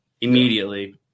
immediately